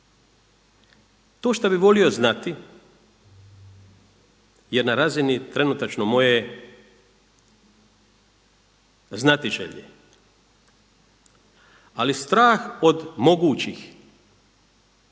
to šta bi volio znati je na razini trenutačno moje znatiželje. Ali strah od mogućih